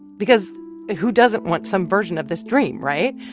because who doesn't want some version of this dream, right?